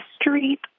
street